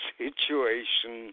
situation